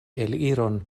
eliron